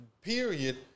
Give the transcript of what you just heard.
period